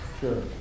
Sure